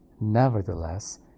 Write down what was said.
nevertheless